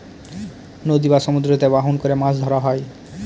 নদী বা সমুদ্রতে বাহন করে মাছ ধরা হয়